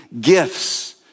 gifts